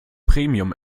premium